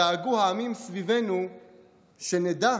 דאגו העמים סביבנו שנדע